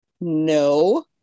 No